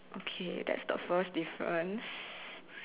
okay that's the first difference